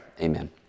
Amen